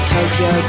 Tokyo